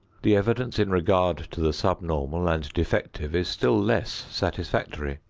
the evidence in regard to the subnormal and defective is still less satisfactory.